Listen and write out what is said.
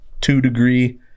two-degree